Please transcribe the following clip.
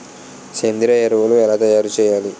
సేంద్రీయ ఎరువులు ఎలా తయారు చేయాలి?